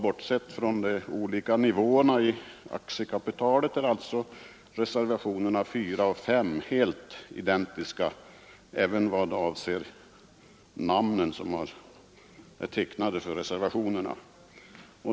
Bortsett från de olika nivåerna i aktiekapitalet är alltså reservationerna 4 och 5 helt identiska även i fråga om de namn som står för reservationerna.